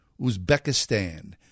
Uzbekistan